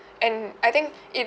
and I think it